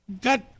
got